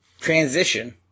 transition